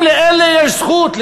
אם לאלה יש זכות,